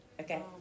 Okay